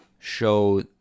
show